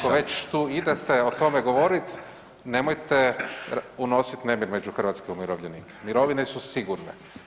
Ako već tu idete o tom govorit nemojte unosit nemir među hrvatske umirovljenike, mirovine su sigurne.